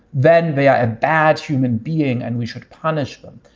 then they are a bad human being and we should punish them.